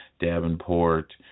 Davenport